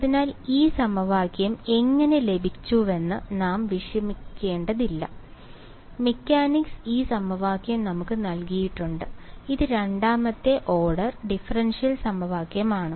അതിനാൽ ഈ സമവാക്യം എങ്ങനെ ലഭിച്ചുവെന്ന് നാം വിഷമിക്കേണ്ടതില്ല മെക്കാനിക്സ് ഈ സമവാക്യം നമുക്ക് നൽകിയിട്ടുണ്ട് ഇത് രണ്ടാമത്തെ ഓർഡർ ഡിഫറൻഷ്യൽ സമവാക്യമാണ്